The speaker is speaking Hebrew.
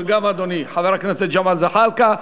וגם אדוני חבר הכנסת ג'מאל זחאלקה.